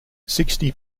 sixty